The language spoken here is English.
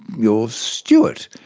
you're stuart.